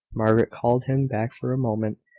margaret called him back for a moment,